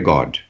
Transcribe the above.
God